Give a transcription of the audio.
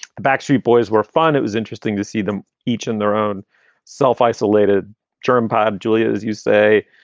the backstreet boys were fun. it was interesting to see them each in their own self isolated germ pod. julia, as you say,